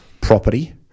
property